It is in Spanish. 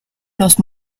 los